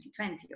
2020